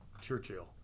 Churchill